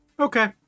Okay